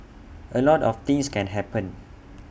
A lot of things can happen